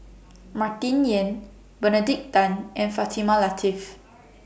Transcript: Martin Yan Benedict Tan and Fatimah Lateef